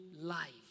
life